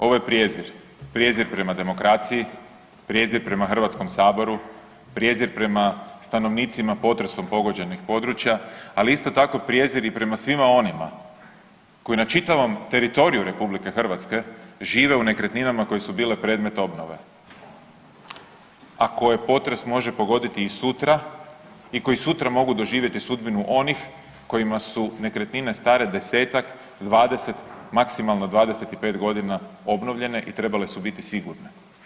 Ovo je prijezir, prijezir prema demokraciji, prijezir prema Hrvatskom saboru, prijezir prema stanovnicima potresom pogođenih područja, ali isto tako prijezir i prema svima onima koji na čitavom teritoriju RH žive u nekretninama koje su bile predmet obnove, a koje potres može pogoditi i sutra i koji sutra mogu doživjeti sudbinu onih kojima su nekretnine stare 10-tak, 20, maksimalno 25 godina, obnovljene i trebale su biti sigurne.